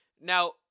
Now